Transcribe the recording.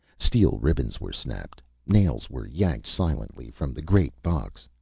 steel ribbons were snapped, nails were yanked silently from the great box,